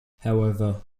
however